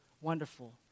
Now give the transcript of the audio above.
wonderful